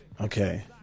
Okay